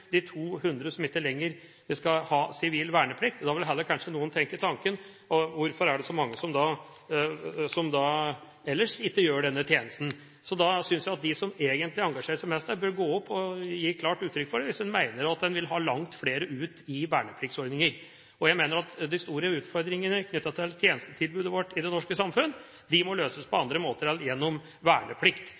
de 200 som ikke lenger skal ha sivil verneplikt. Da vil kanskje heller noen tenke tanken hvorfor det er så mange som ellers ikke gjør denne tjenesten. Jeg synes at de som engasjerer seg mest her, bør gå opp og gi klart uttrykk for det, hvis en mener at en vil ha langt flere ut i vernepliktsordninger. Jeg mener at de store utfordringene knyttet til tjenestetilbudet i det norske samfunn må løses på andre måter enn gjennom verneplikt.